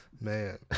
man